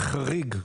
חריג,